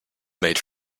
made